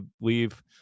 leave